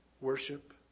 Worship